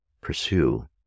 pursue